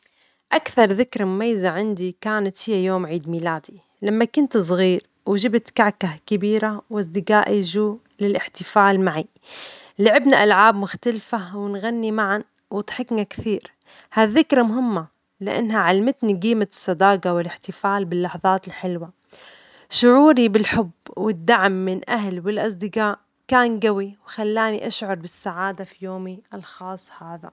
أكثر ذكرى مميزة عندي كانت هي يوم عيد ميلادي ،لما كنت صغير وجبت كعكة كبيرة وأصدجائي جو للاحتفال معي، لعبنا ألعاب مختلفة ونغني معاً وضحكنا كثير، هالذكرى مهمة لأنها علمتني جيمة الصداجةو الاحتفال باللحظات الحلوة، شعوري بالحب والدعم من الأهل والأصدجاء كان جوي وخلاني أشعر بالسعادة في يومي الخاص هذا.